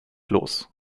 los